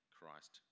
Christ